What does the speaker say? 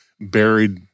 buried